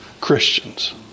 Christians